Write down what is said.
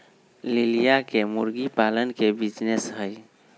लिलिया के मुर्गी पालन के बिजीनेस हई